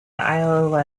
isle